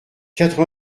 quatre